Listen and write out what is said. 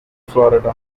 florida